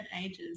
ages